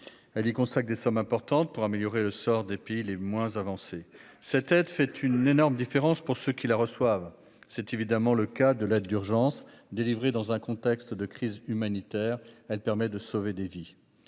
Elle y consacre des sommes importantes, pour améliorer le sort des pays les moins avancés. Cette aide fait une énorme différence pour ceux qui la reçoivent. C'est évidemment le cas de l'aide d'urgence : délivrée dans un contexte de crise humanitaire, elle permet de sauver des vies.